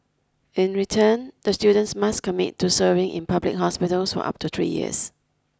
in return the students must commit to serving in public hospitals for up to three years